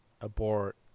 abort